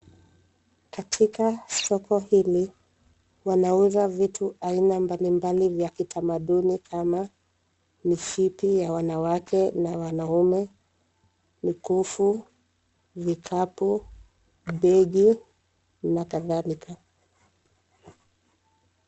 Katika soko hili, wanauza vitu aina mbalimbali vya kitamaduni kama mishipi ya wanawake na wanaume, mikufu, vikapu, begi na kadhalika.